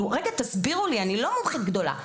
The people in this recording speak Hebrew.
תסבירו לי, אני לא מומחית גדולה.